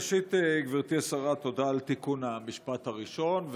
ראשית, גברתי השרה, תודה על תיקון המשפט הראשון.